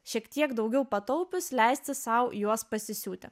šiek tiek daugiau pataupius leisti sau juos pasisiūti